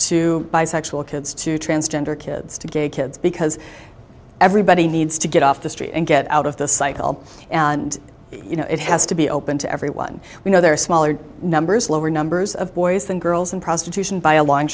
to bisexual kids to transgender kids to gay kids because everybody needs to get off the street and get out of the cycle and you know it has to be open to everyone we know there are smaller numbers lower numbers of boys than girls in prostitution by a long